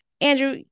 Andrew